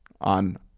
on